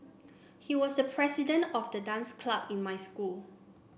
he was the president of the dance club in my school